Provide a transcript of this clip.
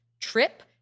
trip